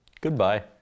goodbye